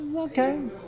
Okay